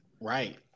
Right